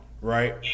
right